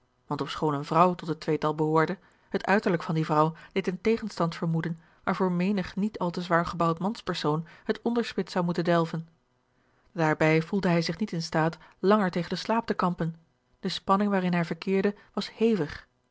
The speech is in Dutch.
want ofschoon eene vrouw tot het tweetal behoorde het uiterlijk van die vrouw deed een tegenstand vermoeden waarvoor menig niet al te zwaar gebouwd manspersoon het onderspit zou moeten delven daarbij voelde hij zich niet in staat langer tegen den slaap te kampen de spanning waarin hij verkeerde was hevig